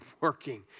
working